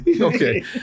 Okay